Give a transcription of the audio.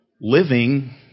living